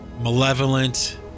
malevolent